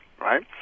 right